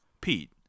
Pete